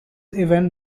event